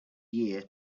year